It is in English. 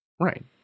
right